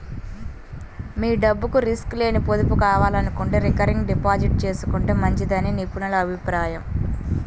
మీ డబ్బుకు రిస్క్ లేని పొదుపు కావాలనుకుంటే రికరింగ్ డిపాజిట్ చేసుకుంటే మంచిదని నిపుణుల అభిప్రాయం